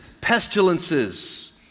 pestilences